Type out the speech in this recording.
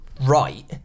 right